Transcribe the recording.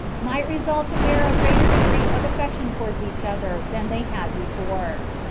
might resolve to bear a greater degree of affection towards each other than they had before.